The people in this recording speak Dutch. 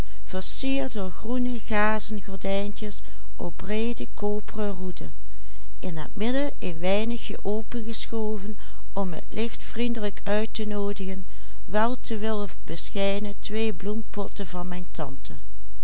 in het midden een weinigje opengeschoven om het licht vriendelijk uit te noodigen wel te willen beschijnen twee bloempotten van mijn tante